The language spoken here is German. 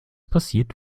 passiert